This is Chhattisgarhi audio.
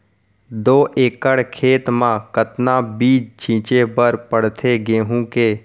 दो एकड़ खेत म कतना बीज छिंचे बर पड़थे गेहूँ के?